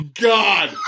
god